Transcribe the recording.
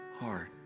heart